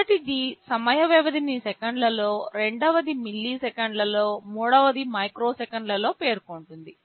మొదటిది సమయ వ్యవధిని సెకన్లలో రెండవది మిల్లీసెకన్లలో మూడవది మైక్రోసెకన్లలో పేర్కొంటుంది